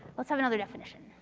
let's have another definition.